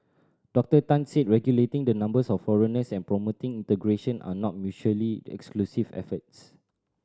Doctor Tan said regulating the numbers of foreigners and promoting integration are not mutually exclusive efforts